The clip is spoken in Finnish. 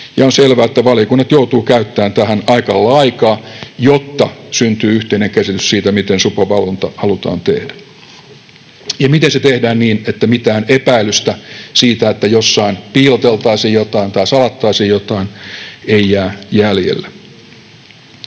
ja on selvää, että valiokunnat joutuvat käyttämään tähän aika lailla aikaa, jotta syntyy yhteinen käsitys siitä, miten supon valvonta halutaan tehdä ja miten se tehdään niin, että mitään epäilystä siitä, että jossain piiloteltaisiin jotain tai salattaisiin jotain, ei jää jäljelle.